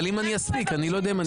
אם אספיק, אני לא יודע אם אספיק.